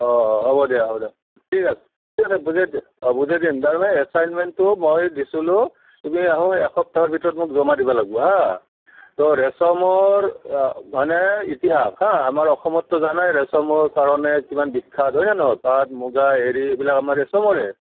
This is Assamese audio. অঁ অঁ হ'ব দিয়া হ'ব দিয়া ঠিক আছে ঠিক আছে বুজাই দিম অঁ বুজাই দিম তাৰমানে এছাইণ্টমেণ্টটো মই দিছিলোঁ তুমি অহা এসপ্তাহৰ ভিতৰত মোক জমা দিব লাগব হাঁ তো ৰেচমৰ মানে ইতিহাস হাঁ আমাৰ অসমততো জানাই ৰেচমৰ কাৰণে কিমান বিখ্যাত হয়নে নহয় পাট মূগা এৰি এইবিলাক আমাৰ ৰেচমৰে